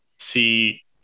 see